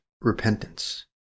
repentance